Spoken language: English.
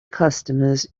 customers